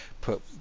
put